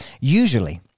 Usually